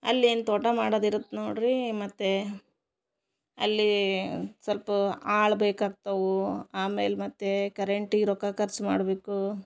ಅಲ್ಲೇನು ತೋಟ ಮಾಡೋದು ಇರತ್ತೆ ನೋಡಿರಿ ಮತ್ತು ಅಲ್ಲಿ ಸಲ್ಪ ಆಳು ಬೇಕಾಗ್ತವೆ ಆಮೇಲೆ ಮತ್ತು ಕರೆಂಟಿಗೆ ರೊಕ್ಕ ಖರ್ಚು ಮಾಡಬೇಕು